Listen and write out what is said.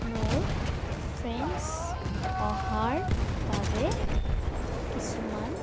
মোৰ ফ্ৰেণ্ডছ অহাৰ বাবে কিছুমান